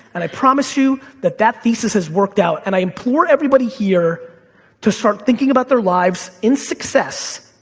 and i promise you that that thesis has worked out, and i implore everybody here to start thinking about their lives in success,